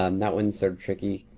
um that ones sort of tricky.